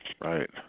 Right